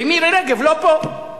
ומירי רגב לא פה,